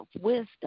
Wisdom